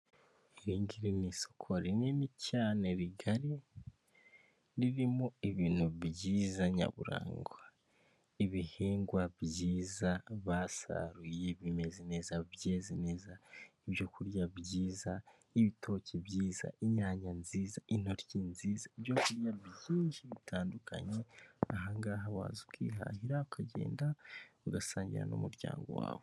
Iri ngiri ni isoko rinini cyane rigari, ririmo ibintu byiza nyaburanga, ibihingwa byiza basaruye bimeze neza, byeze neza, ibyo kurya byiza, n'ibitoki byiza inyanya nziza intoryi nziza, ibyo kurya byinshi bitandukanye. Ahangaha waza ukihahira ukagenda ugasangira n'umuryango wawe.